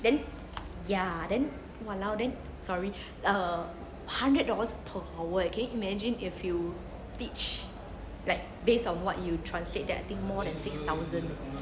then ya then !walao! then sorry uh hundred dollars per hour eh can you imagine if you teach like based on what you translate that I think more than six thousand